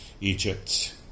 Egypt